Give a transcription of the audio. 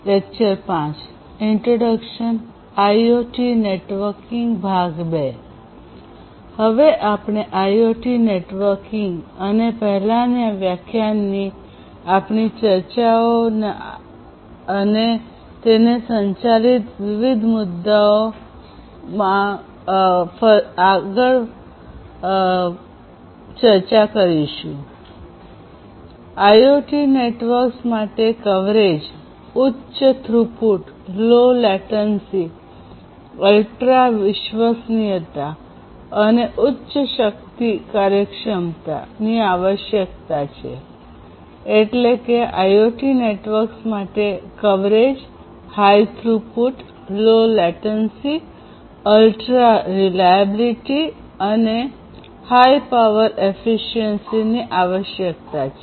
હવે આપણે IoT networking અને પહેલાના વ્યાખ્યાનની આપણી ચર્ચાઓ અને તેને સંચાલિત વિવિધ મુદ્દાઓ ચાલુ રાખીશું આઇઓટી નેટવર્ક્સ માટે કવરેજ ઉચ્ચ થ્રુપુટ લો લેટન્સી અલ્ટ્રા વિશ્વસનીયતા અને ઉચ્ચ શક્તિ કાર્યક્ષમતા ની આવશ્યકતા છે